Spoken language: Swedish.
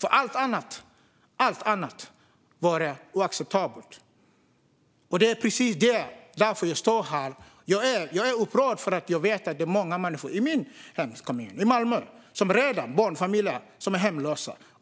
för allt annat vore oacceptabelt. Anledningen till att jag står här är att jag är upprörd över att det är många barnfamiljer i min hemkommun, Malmö, som redan är hemlösa.